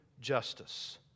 justice